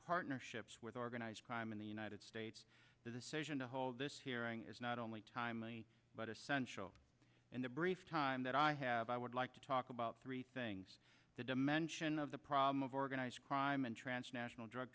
partnerships with organized crime in the united states the decision to hold this hearing is not only timely but essential in the brief time that i have i would like to talk about three things the dimension of the problem of organized crime and transnational drug